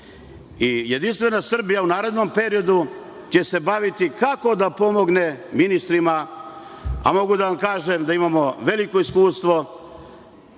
nivou. Jedinstvena Srbija u narednom periodu će se baviti kako da pomogne ministrima, a mogu da vam kažem da imamo veliko iskustvo